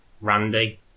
Randy